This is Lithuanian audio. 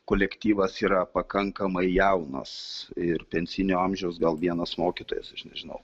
kolektyvas yra pakankamai jaunas ir pensinio amžiaus gal vienas mokytojas aš nežinau